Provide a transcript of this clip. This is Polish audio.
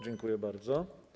Dziękuję bardzo.